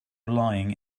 lying